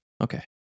Okay